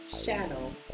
shadow